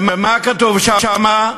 ומה היה כתוב שם?